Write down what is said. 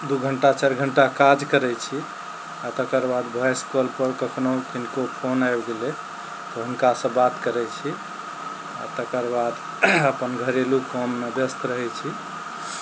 दू घण्टा चारि घण्टा काज करय छी आओर तकर बाद वॉइस कॉलपर कखनो किनको फोन आबि गेलय तऽ हुनकासँ बात करय छी आओर तकर बाद अपन घरेलू काममे व्यस्त रहय छी